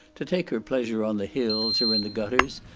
to take her pleasure on the hills, or in the gutters,